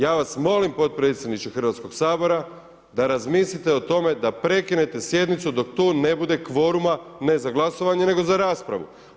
Ja vas molim potpredsjedniče Hrvatskog sabora da razmislite o tome da prekinete sjednice dok tu ne bude kvoruma, ne za glasovanje, nego za raspravu.